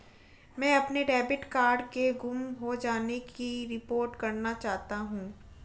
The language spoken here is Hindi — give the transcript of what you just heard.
मैं अपने डेबिट कार्ड के गुम हो जाने की रिपोर्ट करना चाहता हूँ